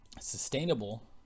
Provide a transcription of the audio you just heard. sustainable